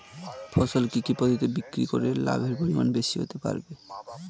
ফসল কি কি পদ্ধতি বিক্রি করে লাভের পরিমাণ বেশি হতে পারবে?